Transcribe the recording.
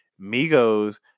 Migos